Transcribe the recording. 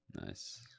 nice